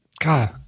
God